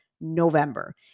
November